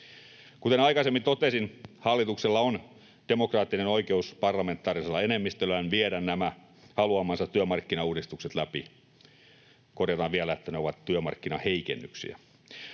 Kuten aikaisemmin totesin, hallituksella on demokraattinen oikeus parlamentaarisella enemmistöllään viedä nämä haluamansa työmarkkinauudistukset läpi — korjataan vielä, että ne ovat työmarkkinaheikennyksiä.